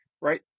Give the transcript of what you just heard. Right